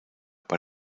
bei